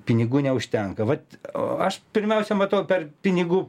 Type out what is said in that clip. pinigų neužtenka vat o aš pirmiausia matau per pinigų